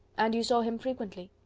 and you saw him frequently?